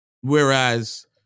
whereas